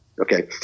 Okay